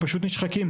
הם פשוט נשחקים.